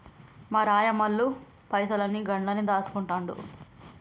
మా రాయమల్లు పైసలన్ని గండ్లనే దాస్కుంటండు